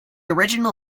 original